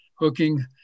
hooking